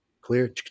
clear